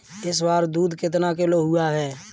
इस बार दूध कितना किलो हुआ है?